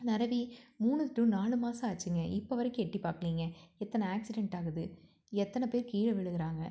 நிரவி மூணு டு நாலு மாதம் ஆச்சுங்க இப்போ வரைக்கும் எட்டிப் பார்க்கலீங்க எத்தனை ஆக்சிடெண்ட் ஆகுது எத்தனை பேர் கீழே விழுகிறாங்க